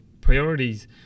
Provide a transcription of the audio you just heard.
priorities